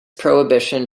prohibition